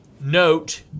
note